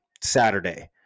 Saturday